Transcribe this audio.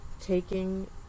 taking